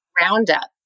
Roundup